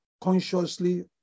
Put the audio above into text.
consciously